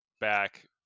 back